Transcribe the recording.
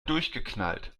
durchgeknallt